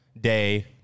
day